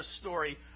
story